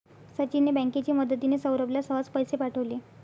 सचिनने बँकेची मदतिने, सौरभला सहज पैसे पाठवले